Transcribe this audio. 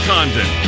Condon